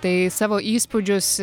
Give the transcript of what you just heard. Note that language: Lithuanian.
tai savo įspūdžius